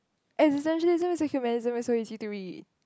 existentialism is a humanism is so easy to read